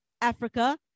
Africa